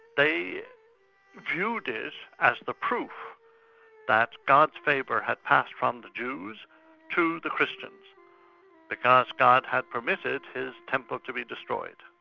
they viewed it as the proof that god's favour had passed from the jews to the christians because god had permitted his temple to be destroyed.